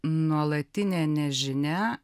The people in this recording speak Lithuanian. nuolatinė nežinia